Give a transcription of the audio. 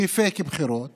בפייק בחירות